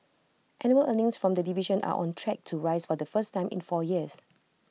annual earnings from the division are on track to rise for the first time in four years